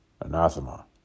anathema